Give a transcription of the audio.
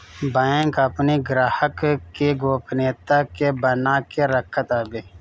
bank अपनी ग्राहक के गोपनीयता के बना के रखत हवे